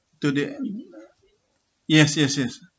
to the end yes yes yes I